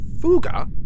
Fuga